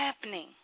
happening